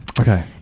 Okay